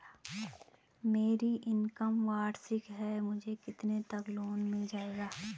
मेरी इनकम वार्षिक है मुझे कितने तक लोन मिल जाएगा?